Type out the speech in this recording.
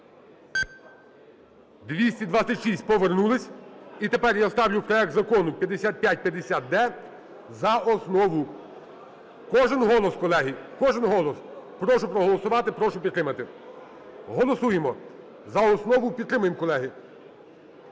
За-226 Повернулись. І тепер я ставлю проект Закону 5550-д за основу. Кожен голос, колеги, кожен голос. Прошу проголосувати. Прошу підтримати. Голосуємо за основу. Підтримуємо, колеги.